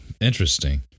interesting